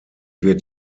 wird